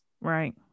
right